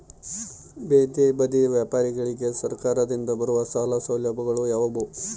ಬೇದಿ ಬದಿ ವ್ಯಾಪಾರಗಳಿಗೆ ಸರಕಾರದಿಂದ ಬರುವ ಸಾಲ ಸೌಲಭ್ಯಗಳು ಯಾವುವು?